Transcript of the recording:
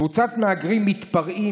קבוצת מהגרים מתפרעים